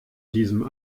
diesem